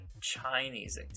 Chinese